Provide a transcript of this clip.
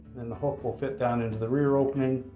then the hook will fit down into the rear opening,